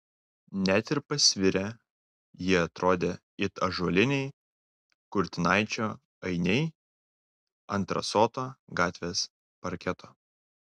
net ir pasvirę jie atrodė it ąžuoliniai kurtinaičio ainiai ant rasoto gatvės parketo